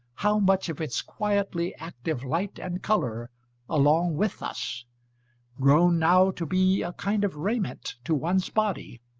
how much of its quietly active light and colour along with us grown now to be a kind of raiment to one's body,